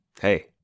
Hey